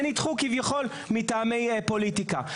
ונדחו כביכול מטעמי פוליטיקה,